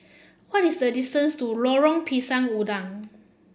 what is the distance to Lorong Pisang Udang